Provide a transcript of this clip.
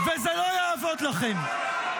-- וזה לא יעבוד לכם.